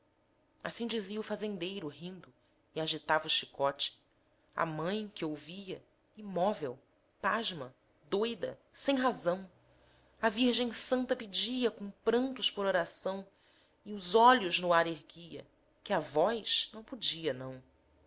assim dizia o fazendeiro rindo e agitava o chicote a mãe que ouvia imóvel pasma doida sem razão à virgem santa pedia com prantos por oração e os olhos no ar erguia que a voz não podia não